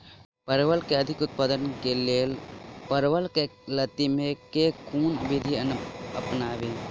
परवल केँ अधिक उत्पादन केँ लेल परवल केँ लती मे केँ कुन विधि अपनाबी?